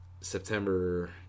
September